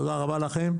תודה רבה לכם.